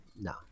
no